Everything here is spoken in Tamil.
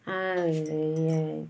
இது